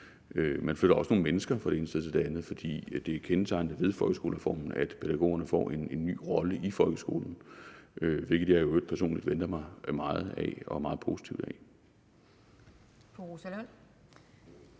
fra det ene sted til det andet, for det er kendetegnende ved folkeskolereformen, at pædagogerne får en ny rolle i folkeskolen, hvilket jeg i øvrigt personligt venter mig meget af og meget positivt af.